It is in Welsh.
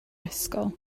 ysgol